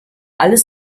alles